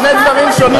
שני דברים שונים לגמרי.